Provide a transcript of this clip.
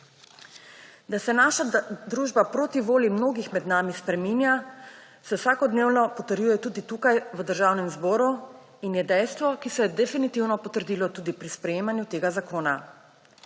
Da se naša družba proti volji mnogih med nami spreminja, se vsakodnevno potrjuje tudi tukaj v Državnem zboru in je dejstvo, ki se je definitivno potrdilo tudi pri sprejemanju tega zakona.